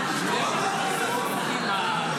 לא הבנתי, עוד יש לכם טענות אליי.